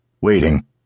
waiting